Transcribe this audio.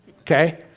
Okay